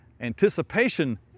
Anticipation